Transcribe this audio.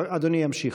אדוני ימשיך.